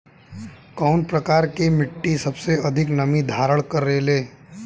कउन प्रकार के मिट्टी सबसे अधिक नमी धारण करे ले?